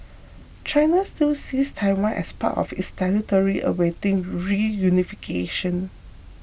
China still sees Taiwan as part of its territory awaiting reunification